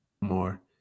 more